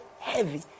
heavy